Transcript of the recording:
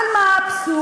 אבל מה האבסורד?